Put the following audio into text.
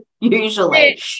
Usually